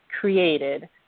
created